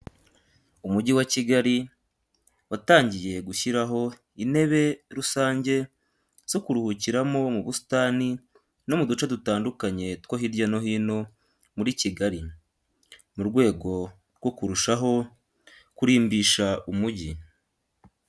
Umujyi wa Kigali watangiye gushyiraho intebe rusange zo kuruhukiramo mu busatani no mu duce dutandukanye two hirya no hino muri Kigali, mu rwego rwo kurushaho kurimbisha umujyi.